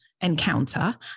encounter